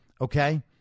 Okay